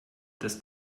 dass